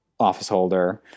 officeholder